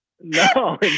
No